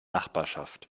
nachbarschaft